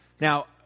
Now